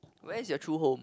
where's your true home